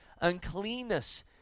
uncleanness